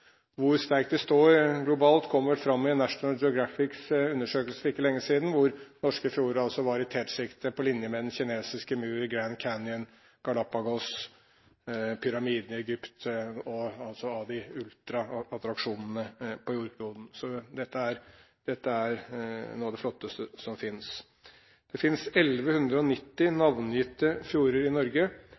Hvor sterkt de står globalt, kom fram i National Geographics undersøkelse for ikke lenge siden. Norske fjorder var i tetsjiktet – på linje med den kinesiske mur, Grand Canyon, Galápagos og pyramidene i Egypt, altså en av ultraattraksjonene på jordkloden. Så dette er noe av det flotteste som finnes. Det finnes 1 190 navngitte fjorder i Norge,